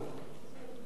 במקרה שלנו,